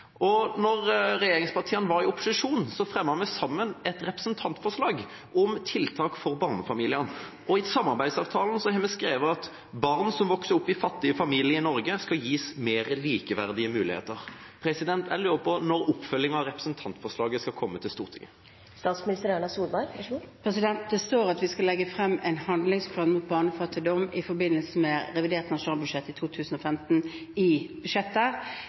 regjeringspartiene var i opposisjon, fremmet vi sammen et representantforslag om tiltak for barnefamiliene, og i samarbeidsavtalen har vi skrevet: «Barn som vokser opp i fattige familier i Norge, skal gis mer likeverdige muligheter.» Jeg lurer på når oppfølginga av representantforslaget skal komme til Stortinget? Det står i budsjettet at vi skal legge frem en handlingsplan mot barnefattigdom i forbindelse med revidert nasjonalbudsjett i 2015. Det er også enkelttiltak i dette budsjettet,